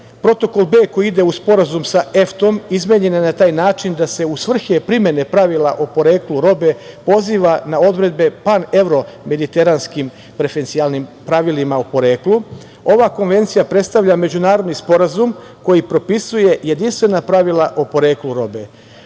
Protokol B koji ide uz Sporazum sa EFTA-om izmenjen je na taj način da se u svrhe primene pravila o poreklu robe poziva na odredbe pan-evro-mediteranskim preferencijalnim pravilima o poreklu. Ova konvencija predstavlja međunarodni sporazum koji propisuje jedinstvena pravila o poreklu robe.